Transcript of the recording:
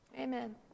Amen